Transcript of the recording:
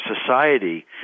society